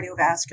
cardiovascular